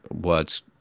words